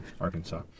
Arkansas